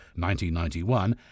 1991